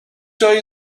جایی